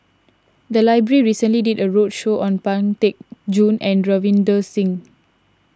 the library recently did a roadshow on Pang Teck Joon and Ravinder Singh